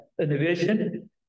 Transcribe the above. innovation